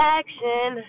action